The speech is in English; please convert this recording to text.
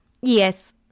yes